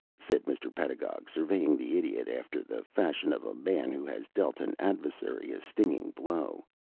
said mr. pedagog, surveying the idiot after the fashion of a man who has dealt an adversary a stinging blow.